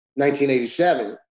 1987